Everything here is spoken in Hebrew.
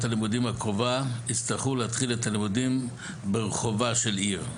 הלימודים הקרובה יצטרכו להתחיל את הלימודים ברחובה של עיר,